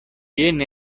jen